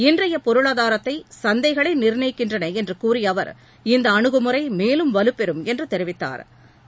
இன்றைய பொருளாதாரத்தை சந்தைகளே நிர்ணயிக்கின்றன என்று கூறிய அவர் இந்த அணுகுமுறை மேலும் வலுப்பெறும் என்று தெரிவித்தாா்